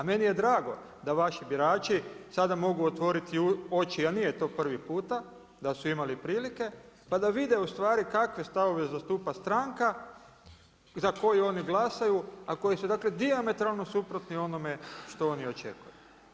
A meni je drago da vaši birači sada mogu otvoriti oči, a nije to prvi puta da su imali prilike, pa da vide ustvari kakve stavove zastupa stranka za koju oni glasaju a koji su dakle, dijametralno suprotne onome što oni očekuju.